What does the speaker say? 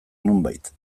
nonbait